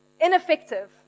ineffective